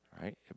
Right